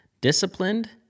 disciplined